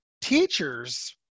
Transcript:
teachers